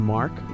Mark